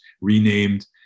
renamed